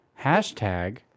Hashtag